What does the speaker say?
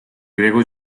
griegos